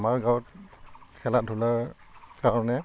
আমাৰ গাঁৱত খেলা ধূলাৰ কাৰণে